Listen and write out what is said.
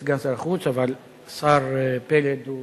סגן שר החוץ, אבל השר פלד הוא